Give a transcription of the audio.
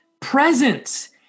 presence